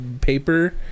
paper